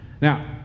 Now